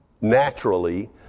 naturally